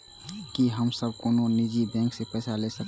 की हम सब कोनो निजी बैंक से पैसा ले सके छी?